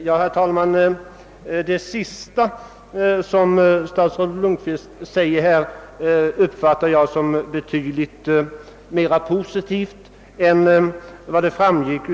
Herr talman! Statsrådet Lundkwvists senaste yttrande uppfattar jag som betydligt mera positivt än själva svaret.